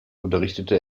unterrichtete